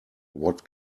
what